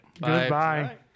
Goodbye